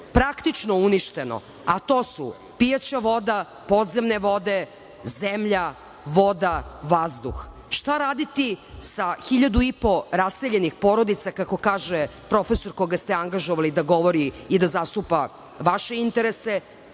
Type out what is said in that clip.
praktično uništeno, a to su pijaća voda, podzemne vode, zemlja, voda, vazduh? Šta raditi sa hiljadu i po raseljenih porodica, kako kaže profesor koga ste angažovali da govori u da zastupa vaše interese,